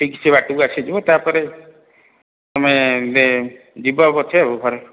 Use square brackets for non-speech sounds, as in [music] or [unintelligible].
ଠିକ୍ ସେ ବାଟକୁ ଆସିଯିବ ତାପରେ ତମେ [unintelligible] ଯିବ ପଛେ ଆଉ ଘରେ